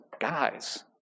guys